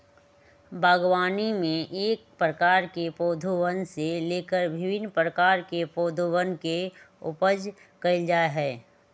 बागवानी में एक प्रकार के पौधवन से लेकर भिन्न प्रकार के पौधवन के उपज कइल जा हई